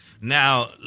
Now